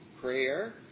prayer